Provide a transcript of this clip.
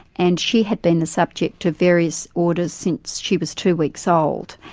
and she had been the subject of various orders since she was two weeks' old,